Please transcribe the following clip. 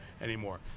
anymore